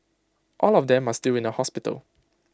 all of them are still in A hospital